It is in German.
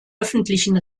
öffentlichen